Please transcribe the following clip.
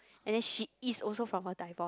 and then she is also from a divorce